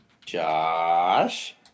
Josh